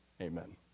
amen